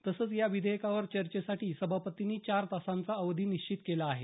तसंच या विधेयकावर चर्चेसाठी सभापतींनी चार तासांचा अवधी निश्चित केला आहे